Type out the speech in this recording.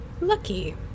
Lucky